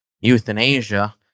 Euthanasia